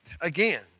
again